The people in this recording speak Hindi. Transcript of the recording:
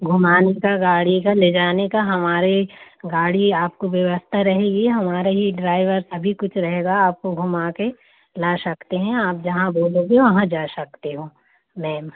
घुमाने का गाड़ी का ले जाने का हमारे गाड़ी आपको व्यवस्था रहेगी हमारा ही ड्राइवर सभी कुछ रहेगा आपको घुमा कर ला सकते हें आप जहाँ बोलोगे वहाँ जा सकते हो मैम